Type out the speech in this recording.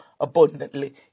abundantly